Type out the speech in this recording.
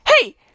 hey